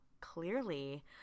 clearly